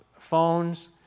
phones